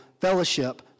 fellowship